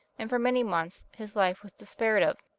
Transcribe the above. and for many months his life was despaired of.